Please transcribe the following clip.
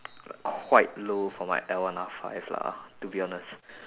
quite low for my L one R five lah ah to be honest